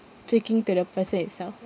speaking to the person itself